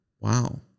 Wow